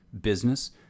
business